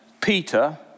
Peter